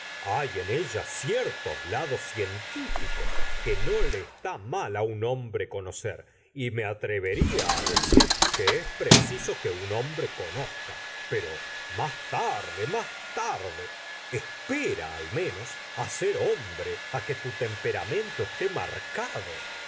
hay en ella ciertos lados científicos que no le está mal á un hombre conocer y me atrevería á decir que es preciso que un hombre conozca pero más tarde más tarde espera al menos á ser hombre á que tu temperamento esté marcado